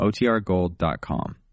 otrgold.com